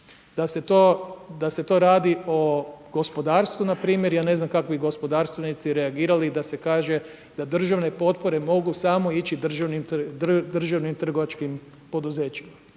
Da se to radi o gospodarstvu npr. ja ne znam kako bi gospodarstvenici reagirali da se kaže da državne potpore mogu samo ići državnim trgovačkim poduzećima.